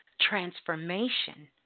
transformation